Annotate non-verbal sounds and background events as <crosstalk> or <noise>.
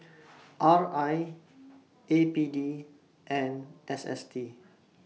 <noise> R I A P D and S S T